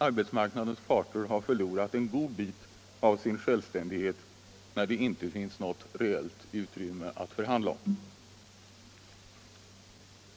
Arbets marknadens parter har förlorat en god bit av sin självständighet när det inte finns något reellt utrymme att förhandla om.